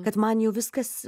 kad man jau viskas